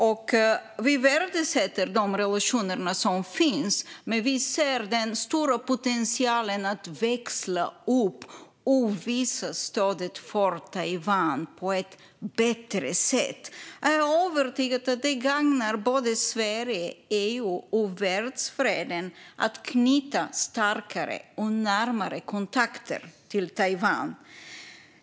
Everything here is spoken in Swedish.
Vi värdesätter de relationer som finns, men vi ser den stora potentialen att växla upp och visa stöd för Taiwan på ett bättre sätt. Jag är övertygad om att det gagnar både Sverige, EU och världsfreden att knyta starkare och närmare kontakter med Taiwan.